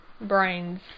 brains